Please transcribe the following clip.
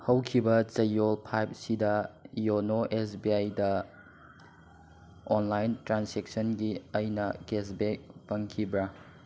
ꯍꯧꯈꯤꯕ ꯆꯌꯣꯜ ꯐꯥꯏꯕꯁꯤꯗ ꯌꯣꯅꯣ ꯑꯦꯁ ꯕꯤ ꯑꯥꯏꯗ ꯑꯣꯟꯂꯥꯏꯟ ꯇ꯭ꯔꯥꯟꯖꯦꯛꯁꯟꯒꯤ ꯑꯩꯅ ꯀꯦꯁꯕꯦꯛ ꯐꯪꯈꯤꯕ꯭ꯔꯥ